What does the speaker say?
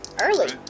Early